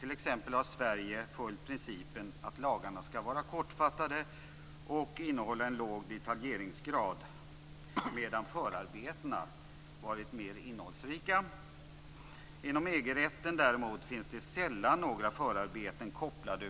Sverige har t.ex. följt principen att lagarna skall vara kortfattade och innehålla en låg detaljeringsgrad medan förarbetena varit mer innehållsrika. Inom EG-rätten däremot finns det sällan över huvud taget några förarbeten kopplade.